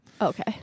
Okay